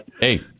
Hey